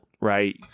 right